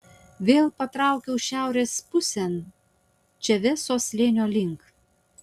vėl patraukiau šiaurės pusėn čaveso slėnio link